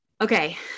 Okay